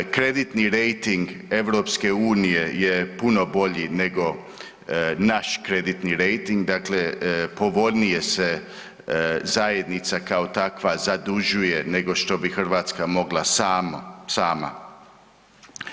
Kreditni rejting EU je puno bolji nego naš kreditni rejting, dakle povoljnije se zajednica kao takva zadužuje nego što bi Hrvatska mogla sama, sama.